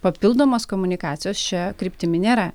papildomos komunikacijos šia kryptimi nėra